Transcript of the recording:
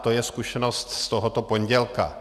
To je zkušenost z tohoto pondělka.